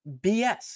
BS